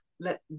let